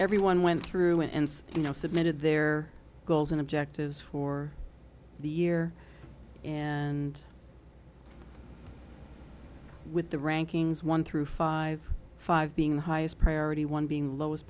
everyone went through and you know submitted their goals and objectives for the year and with the rankings one through five five being the highest priority one being lowest